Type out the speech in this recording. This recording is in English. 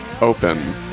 open